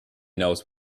knows